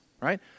right